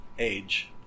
age